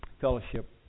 fellowship